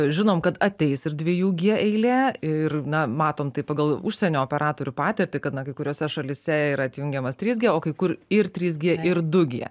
žinom kad ateis ir dviejų gie eilė ir na matom tai pagal užsienio operatorių patirtį kad na kai kuriose šalyse yra atjungiamas trys gie o kai kur ir trys gie ir du gie